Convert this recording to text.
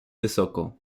wysoko